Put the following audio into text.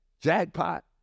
Jackpot